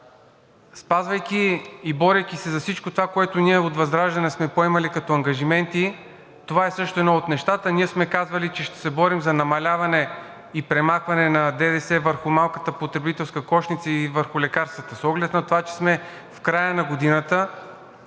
Спазвайки и борейки се за всичко това, което ние от ВЪЗРАЖДАНЕ сме поемали като ангажименти, това също е едно от нещата. Ние сме казвали, че ще се борим за намаляване и премахване на ДДС върху малката потребителска кошница и върху лекарствата. С оглед на това, че сме в края на годината,